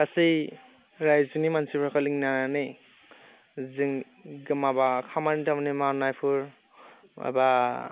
गासै रायजोनि मानसिफोरखौ लिंनानै जों माबा खामानि दामानि मावनायफोर माबा